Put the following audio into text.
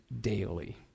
daily